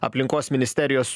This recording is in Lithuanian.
aplinkos ministerijos